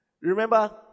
Remember